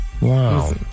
wow